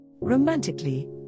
Romantically